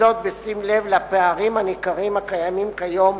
וזאת בשים לב לפערים הניכרים הקיימים כיום